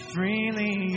Freely